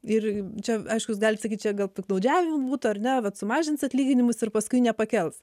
ir čia aišku jūs galit sakyt čia gal piktnaudžiavimų būtų ar ne vat sumažins atlyginimus ir paskui nepakels